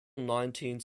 nineteenth